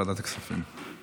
בעד, אין מתנגדים, אין נמנעים.